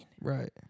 Right